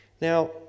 Now